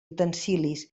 utensilis